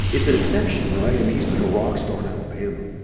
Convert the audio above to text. it's an exception, right? i mean, he's, like, a rock star in alabama